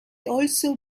also